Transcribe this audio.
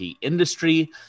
industry